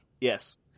yes